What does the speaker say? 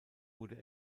wurde